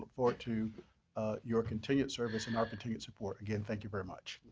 forward to your continue service and our continued support. again, thank you very much.